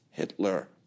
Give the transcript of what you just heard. Hitler